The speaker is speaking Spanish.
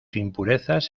impurezas